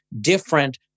different